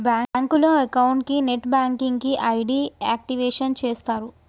బ్యాంకులో అకౌంట్ కి net banking కి ఐడి యాక్టివేషన్ చేస్తరు